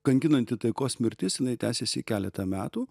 kankinanti taikos mirtis jinai tęsėsi keletą metų